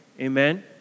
Amen